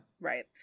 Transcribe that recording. Right